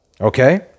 okay